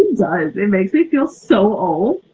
does, it makes me feel so old.